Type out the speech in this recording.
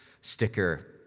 sticker